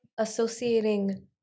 Associating